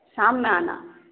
شام میں آنا